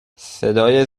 صدای